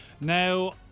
Now